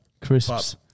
Crisps